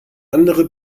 andere